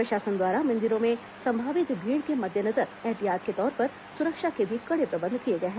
प्रशासन द्वारा मंदिरों में संभावित भीड़ के मद्देनजर ऐहतियात के तौर पर सुरक्षा के भी कड़े प्रबंध किए गए हैं